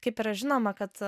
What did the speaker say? kaip yra žinoma kad